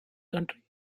country